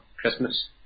Christmas